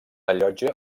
allotja